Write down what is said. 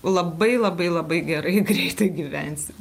labai labai labai gerai greitai gyvensim